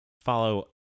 Follow